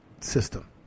system